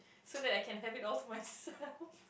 so that I can have it all for myself